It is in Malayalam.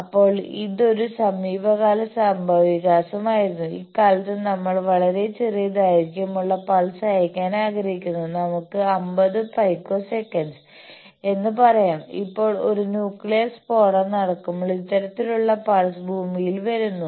അപ്പോൾ ഇതൊരു സമീപകാല സംഭവവികാസമായിരുന്നു ഇക്കാലത്ത് നമ്മൾ വളരെ ചെറിയ ദൈർഘ്യമുള്ള പൾസ് അയയ്ക്കാൻ ആഗ്രഹിക്കുന്നു നമുക്ക് 50 പൈക്കോസെക്കൻഡ് എന്ന് പറയാം ഇപ്പോൾ ഒരു ന്യൂക്ലിയർ സ്ഫോടനം നടക്കുമ്പോൾ ഇത്തരത്തിലുള്ള പൾസ് ഭൂമിയിലേക്ക് വരുന്നു